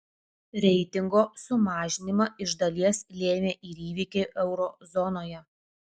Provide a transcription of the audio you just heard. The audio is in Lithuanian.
reitingo sumažinimą iš dalies lėmė ir įvykiai euro zonoje